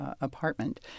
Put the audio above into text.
apartment